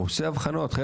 הוא עושה אבחונים.